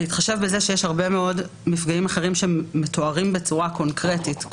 בהתחשב בזה שיש הרבה מאוד מפגעים אחרים שמתוארים בצורה קונקרטית,